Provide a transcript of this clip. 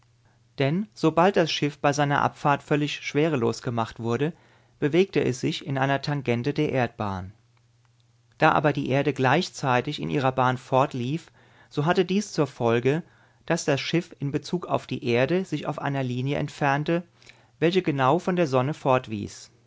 denn sobald das schiff bei seiner abfahrt völlig schwerelos gemacht wurde bewegte es sich in der tangente der erdbahn da aber die erde gleichzeitig in ihrer bahn fortlief so hatte dies zur folge daß das schiff in bezug auf die erde sich auf einer linie entfernte welche genau von der sonne fortwies